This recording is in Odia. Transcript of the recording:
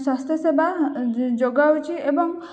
ସ୍ୱାସ୍ଥ୍ୟ ସେବା ଯୋଗାଉଛି ଏବଂ